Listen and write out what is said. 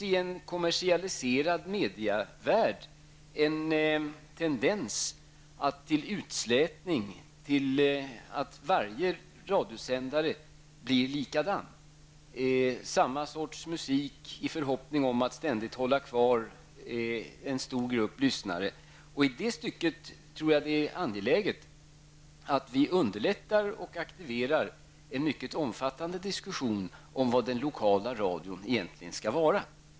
I en kommersialiserad medievärld finns det en tendens till utslätning, till att alla radiosändare blir likadana -- det blir samma sorts musik i förhoppning om att man skall kunna behålla en stor grupp lyssnare. I det stycket tror jag att det är angeläget att vi underlättar och aktiverar en mycket omfattande diskussion om vad den lokala radion egentligen skall vara.